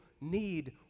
need